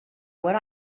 what